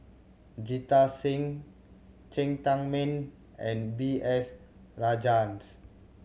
Jita Singh Cheng Tsang Man and B S Rajhans